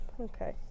okay